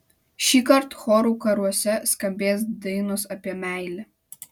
šįkart chorų karuose skambės dainos apie meilę